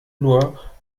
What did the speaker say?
nur